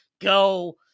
Go